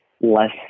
less